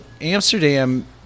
Amsterdam